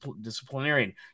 disciplinarian